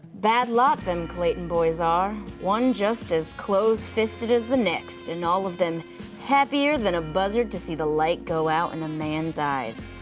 bad luck, them clayton boys are, one just as close-fisted as the next and all of them happier than a buzzard to see the light go out in a man's eyes.